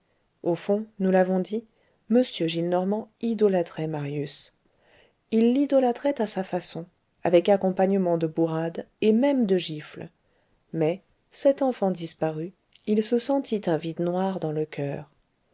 au fond nous l'avons dit m gillenormand idolâtrait marius il l'idolâtrait à sa façon avec accompagnement de bourrades et même de gifles mais cet enfant disparu il se sentit un vide noir dans le coeur